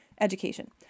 education